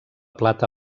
plata